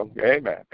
Amen